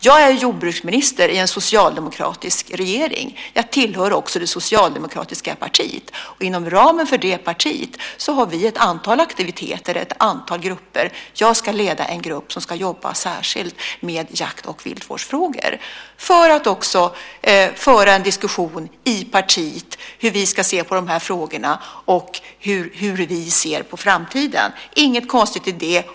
Jag är jordbruksminister i en socialdemokratisk regering. Jag tillhör också det socialdemokratiska partiet. Och inom ramen för det partiet har vi ett antal aktiviteter och ett antal grupper. Jag ska leda en grupp som ska jobba särskilt med jakt och viltvårdsfrågor för att också föra en diskussion i partiet om hur vi ska se på dessa frågor och hur vi ser på framtiden. Det är inget konstigt i det.